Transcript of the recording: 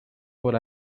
por